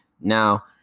Now